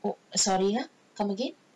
what sorry ah come again